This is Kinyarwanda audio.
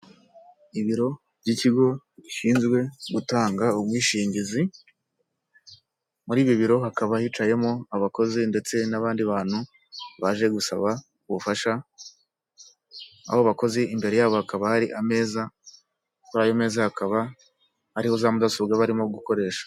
Ibiro by'ikigo gishinzwe gutanga ubwishingizi, muri ibi biro hakaba hicayemo abakozi ndetse n'abandi bantu baje gusaba ubufasha abo bakozi, imbere yabo hakaba hari ameza, kuri ayo meza hakaba hariho za mudasobwa barimo gukoresha.